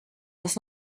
was